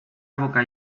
boca